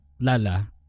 lala